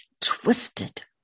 twisted